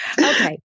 Okay